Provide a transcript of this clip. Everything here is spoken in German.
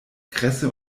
kresse